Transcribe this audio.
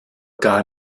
gar